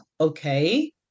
okay